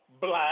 black